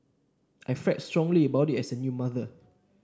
I felt strongly about it as a new mother